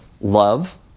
love